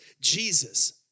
Jesus